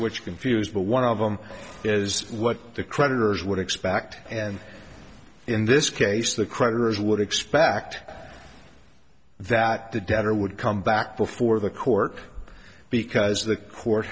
which confused but one of them is what the creditors would expect and in this case the creditors would expect that the debtor would come back before the court because the